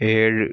ഏഴ്